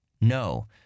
No